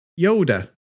Yoda